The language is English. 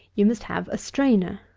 you must have a strainer.